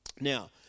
now